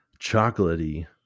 chocolatey